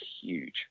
huge